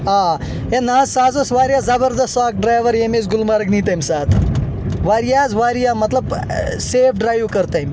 آ ہے نہٕ حظ سُہ حط اوس واریاہ زبردست سُہ اکھ ڈرایور ییٚمۍ أسۍ گُلمرگ نی تمہِ ساتہٕ واریاہ حظ واریاہ مطلب سیف ڈرایو کٔر تٔمۍ